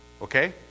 Okay